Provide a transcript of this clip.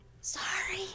Sorry